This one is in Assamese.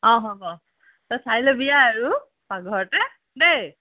অ' হ'ব তই চাই ল'বি আৰু পাকঘৰতে দেই